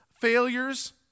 failures